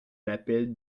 l’appel